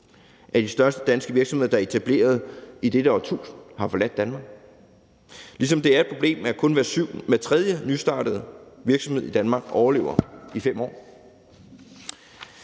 af de største danske virksomheder, der er etableret i dette årtusind, har forladt Danmark, ligesom det er et problem, at kun hver tredje nystartede virksomhed i Danmark overlever i 5 år.